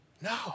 No